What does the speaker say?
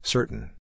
Certain